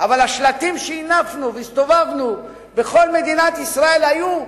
אבל השלטים שהנפנו והסתובבנו אתם בכל מדינת ישראל היו: